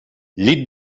llit